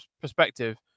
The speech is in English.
perspective